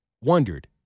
wondered